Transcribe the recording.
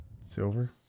Silver